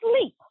sleep